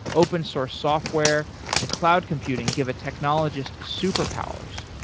open-source software and cloud computing give a technologist superpowers.